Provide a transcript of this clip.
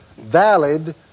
valid